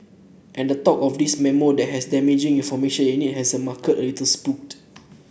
and the talk of this memo that has damaging information in it has the market a little spooked